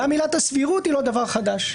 גם עילת הסבירות היא לא דבר חדש.